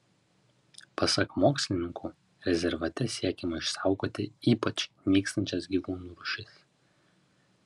pasak mokslininkų rezervate siekiama išsaugoti ypač nykstančias gyvūnų rūšis